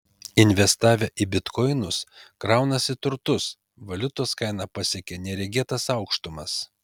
investavę į bitkoinus kraunasi turtus valiutos kaina pasiekė neregėtas aukštumas